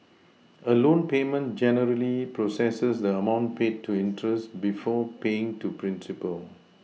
a loan payment generally processes the amount paid to interest before paying to principal